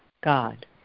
God